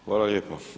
Hvala lijepo.